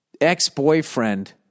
ex-boyfriend